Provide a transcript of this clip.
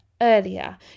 Earlier